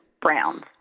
browns